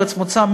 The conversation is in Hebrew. ארץ מוצא,